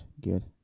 good